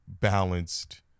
balanced